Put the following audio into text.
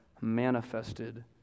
manifested